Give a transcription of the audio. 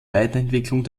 weiterentwicklung